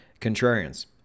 Contrarians